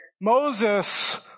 Moses